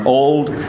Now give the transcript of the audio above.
old